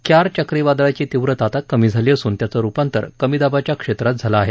कयार चक्रीवादळाची तीव्रता आता कमी झाली असून त्याचं रुपांतर कमी दाबाच्या क्षेत्रात झालं आहे